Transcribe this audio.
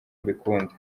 mbikunda